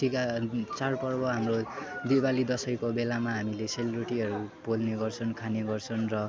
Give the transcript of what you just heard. टिका चाडपर्व हाम्रो दिवाली दसैँको बेलामा हामीले सेलरोटीहरू पोल्ने गर्छन् खाने गर्छन् र